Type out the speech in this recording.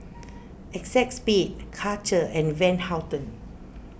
Acexspade Karcher and Van Houten